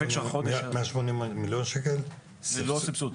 מאה שמונים מיליון שקל --- זה לא הסבסוד.